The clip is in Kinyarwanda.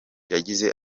yagize